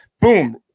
Boom